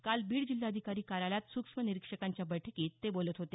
काल बीड जिल्हाधिकारी कार्यालयात सुक्ष्म निरीक्षकांच्या बैठकीत ते बोलत होते